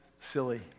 silly